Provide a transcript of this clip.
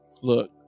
look